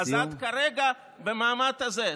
אז את כרגע במעמד הזה,